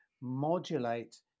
modulate